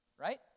right